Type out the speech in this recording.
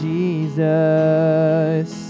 Jesus